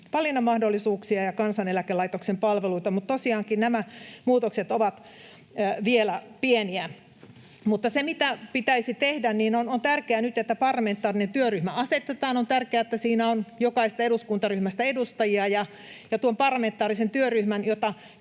valinnanmahdollisuuksia ja Kansaneläkelaitoksen palveluita. Mutta tosiaankin nämä muutokset ovat vielä pieniä. Mutta se, mitä pitäisi tehdä ja mikä on tärkeää nyt, on se, että parlamentaarinen työryhmä asetetaan. On tärkeää, että siinä on jokaisesta eduskuntaryhmästä edustajia, ja tuon parlamentaarisen työryhmän,